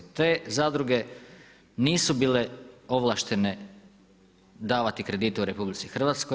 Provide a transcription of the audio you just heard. Te zadruge nisu bile ovlaštene davati kredite u RH.